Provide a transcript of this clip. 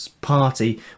party